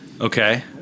Okay